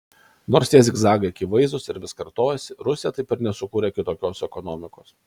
nors tie zigzagai akivaizdūs ir vis kartojasi rusija taip ir nesukūrė kitokios ekonomikos